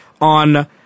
on